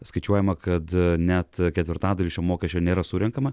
skaičiuojama kad net ketvirtadalis šio mokesčio nėra surenkama